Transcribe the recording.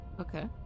Okay